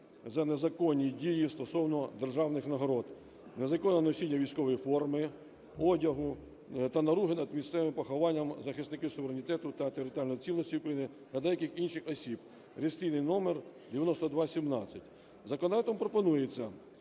за незаконні дії стосовно державних нагород, незаконне носіння військової форми, одягу та наруги над місцевим похованням захисників суверенітету та територіальної цілісності України та деяких інших осіб (реєстраційний номер 9217). Законопроектом пропонується